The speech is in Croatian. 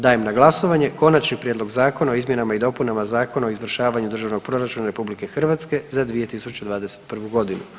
Dajem na glasovanje Konačni prijedlog zakona o izmjenama i dopunama Zakona o izvršavanju državnog proračuna RH za 2021. godinu.